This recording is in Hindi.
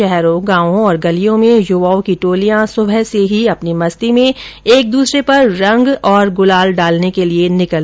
शहर गांव और गलियों में युवाओं की टोलियां सुबह से अपनी मस्ती में एक दूसरे पर रंग और गुलाल डालने के लिये निकली